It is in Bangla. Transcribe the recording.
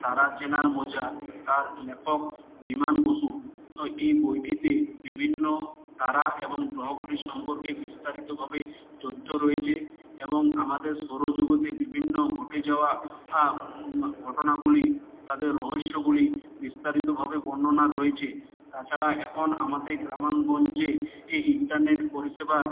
তারা চেনার মজা তার লেখক বিমান বসু এই বইটিতে বিভিন্ন তারা এবং গ্রহগুলির সম্পর্কে বিস্তারিতভাবে তথ্য রয়েছে এবং আমাদের সৌরজগতে বিভিন্ন ঘটে যাওয়া ঘটনাগুলি তাদের রহস্যগুলি বিস্তারিতভাবে বর্ণনা রয়েছে তাছাড়া এখন আমাদের গ্রামে গঞ্জে এ ইন্টারনেট পরিষেবার